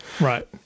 Right